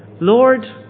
Lord